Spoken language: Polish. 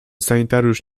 sanitariusz